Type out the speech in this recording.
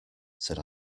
said